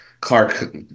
Clark